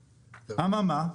מה?